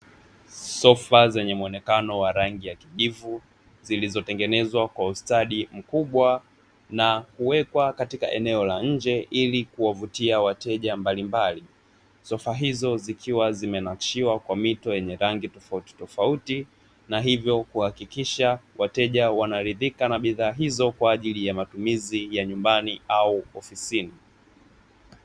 Sofa zenye muonekano wa rangi ya kijivu zilizotengenezwa kwa ustadi mkubwa na kuwekwa katika eneo la nje ili kuwavutia wateja mbalimbali, sofa hizo zikiwa zimenatshiwa na mito yenye rangi tofauti tofauti na hivyo kuhakikisha wateja wanaridhika na bidhaa hizo kwaajili ya matumizi ya nyumbani au ofisini.